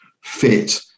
fit